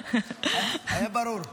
היה ברור.